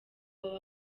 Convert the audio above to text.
baba